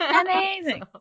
Amazing